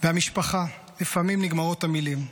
והמשפחה, לפעמים נגמרות המילים.